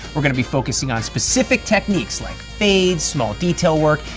we're going to be focusing on specific techniques like fades, small detail work,